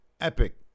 epic